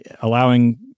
allowing